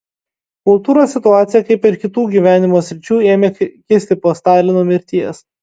kultūros situacija kaip ir kitų gyvenimo sričių ėmė kisti tik po stalino mirties